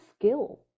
skill